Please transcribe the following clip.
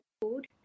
food